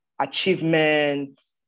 achievements